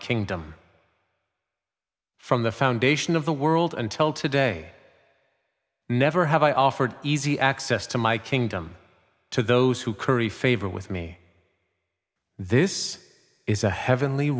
kingdom from the foundation of the world until today never have i offered easy access to my kingdom to those who curry favor with me this is a heavenly